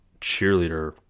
cheerleader